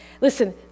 Listen